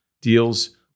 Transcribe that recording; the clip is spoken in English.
deals